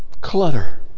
clutter